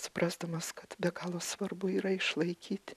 suprasdamas kad be galo svarbu yra išlaikyti